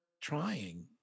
trying